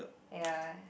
ya